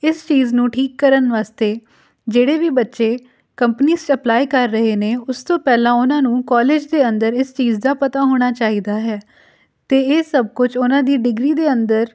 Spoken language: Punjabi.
ਇਸ ਚੀਜ਼ ਨੂੰ ਠੀਕ ਕਰਨ ਵਾਸਤੇ ਜਿਹੜੇ ਵੀ ਬੱਚੇ ਕੰਪਨੀਸ 'ਚ ਅਪਲਾਈ ਕਰ ਰਹੇ ਨੇ ਉਸ ਤੋਂ ਪਹਿਲਾਂ ਉਹਨਾਂ ਨੂੰ ਕੋਲਜ ਦੇ ਅੰਦਰ ਇਸ ਚੀਜ਼ ਦਾ ਪਤਾ ਹੋਣਾ ਚਾਹੀਦਾ ਹੈ ਅਤੇ ਇਹ ਸਭ ਕੁਛ ਉਹਨਾਂ ਦੀ ਡਿਗਰੀ ਦੇ ਅੰਦਰ